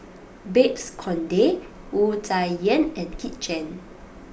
Babes Conde Wu Tsai Yen and Kit Chan